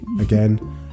again